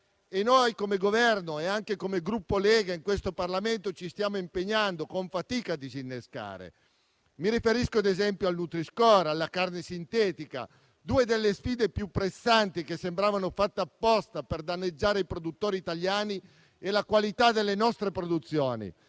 Noi, come Governo e anche come Gruppo Lega, in questo Parlamento ci stiamo impegnando con fatica a disinnescare tale subbuglio. Mi riferisco, ad esempio, al Nutriscore, alla carne sintetica: due delle sfide più pressanti, che sembravano fatte apposta per danneggiare i produttori italiani e la qualità delle nostre produzioni